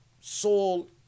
soul